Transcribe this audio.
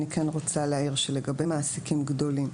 אני רוצה להעיר שלגבי מעסיקים גדולים,